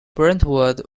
brentwood